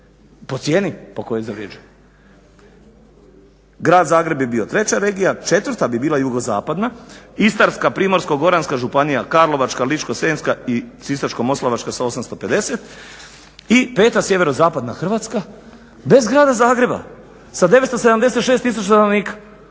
po cijeni po kojoj zavređuje. Grad Zagreb je bio treća regija, četvrta bi bila JZ, Istarska, Primorsko-goranska županija, Karlovačka, Ličko-senjska i Sisačko-moslavačka sa 850 i peta SZ Hrvatska bez Grada Zagreba sa 976000 stanovnika